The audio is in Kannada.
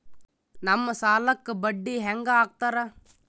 ನಮ್ ಸಾಲಕ್ ಬಡ್ಡಿ ಹ್ಯಾಂಗ ಹಾಕ್ತಾರ?